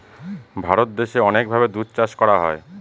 ভারত দেশে অনেক ভাবে দুধ চাষ করা হয়